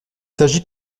s’agit